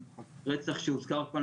רצח שהוזכר כאן,